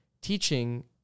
teaching